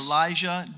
Elijah